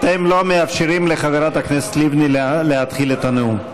אתם לא מאפשרים לחברת הכנסת לבני להתחיל את הנאום.